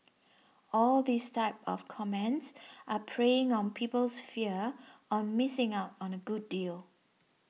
all these type of comments are preying on people's fear on missing out on a good deal